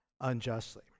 unjustly